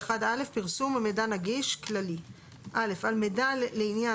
פרסום ומידע נגיש כללי 21א. (א) על מידע לעניין